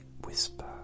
Whisper